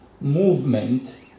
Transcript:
movement